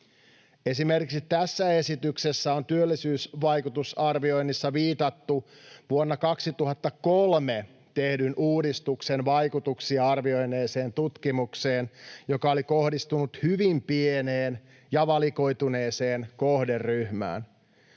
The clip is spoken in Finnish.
Esimerkiksi tässä esityksessä on työllisyysvaikutusarvioinnissa viitattu vuonna 2003 tehdyn uudistuksen vaikutuksia arvioineeseen tutkimukseen, joka oli kohdistunut hyvin pieneen ja valikoituneeseen kohderyhmään.